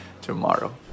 tomorrow